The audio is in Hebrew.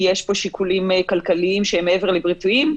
יש פה שיקולים כלכליים שהם מעבר לבריאותיים,